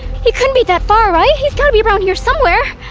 he couldn't be that far, right? he's gotta be around here somewhere.